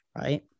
right